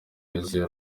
yuzuye